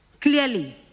clearly